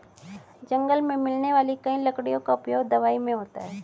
जंगल मे मिलने वाली कई लकड़ियों का उपयोग दवाई मे होता है